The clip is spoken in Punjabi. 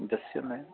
ਦੱਸਿਓ ਮੈਮ